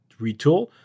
retool